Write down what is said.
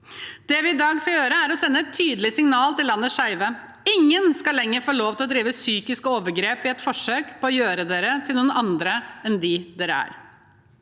Det vi skal gjøre i dag, er å sende et tydelig signal til landets skeive: Ingen skal lenger få lov til å drive psykiske overgrep i et forsøk på å gjøre dere til noen andre enn den dere er.